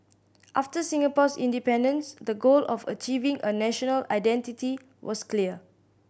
after Singapore's independence the goal of achieving a national identity was clear